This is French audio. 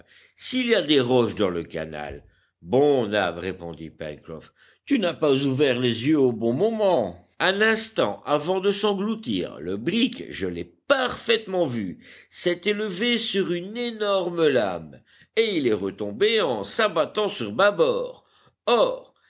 s'il y a des roches dans le canal bon nab répondit pencroff tu n'as pas ouvert les yeux au bon moment un instant avant de s'engloutir le brick je l'ai parfaitement vu s'est élevé sur une énorme lame et il est retombé en s'abattant sur bâbord or